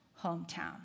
hometown